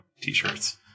t-shirts